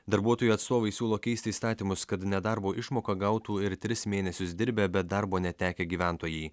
darbuotojų atstovai siūlo keisti įstatymus kad nedarbo išmoką gautų ir tris mėnesius dirbę bet darbo netekę gyventojai